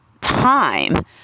time